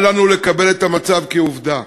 אל לנו לקבל את המצב כעובדה.